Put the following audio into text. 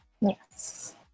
Yes